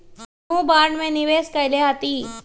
हमहुँ बॉन्ड में निवेश कयले हती